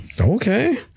Okay